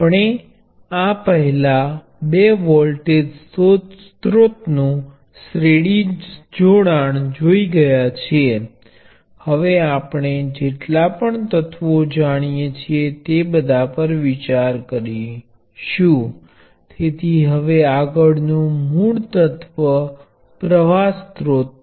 આપણે બે ટર્મિનલ એલિમેન્ટો ના શ્રેણી જોડાણ પર ધ્યાન આપ્યું છે જેમાં બધા એલિમેન્ટો માંથી સમાન પ્રવાહ વહે છે અને આ સંયોજનમાં કુલ વોલ્ટેજ એ વોલ્ટેજનો સરવાળો છે